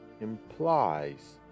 implies